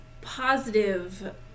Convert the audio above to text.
positive